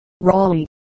Raleigh